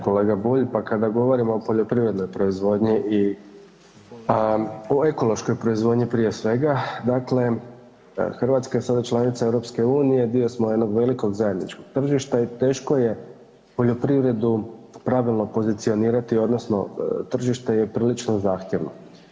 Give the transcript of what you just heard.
Kolega Bulj pa kada govorimo o poljoprivrednoj proizvodnji i o ekološkoj proizvodnji prije svega dakle Hrvatska je sada članica Europske unije, dio smo jednog velikog zajedničkog tržišta i teško je poljoprivredu pravilno pozicionirati odnosno tržište je prilično zahtjevno.